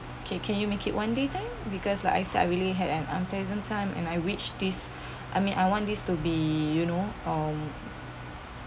okay can you make it one day time because like I said I really had an unpleasant time and I wish this I mean I want this to be you know um